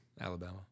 Alabama